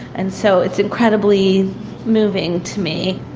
and so it's incredibly moving to me.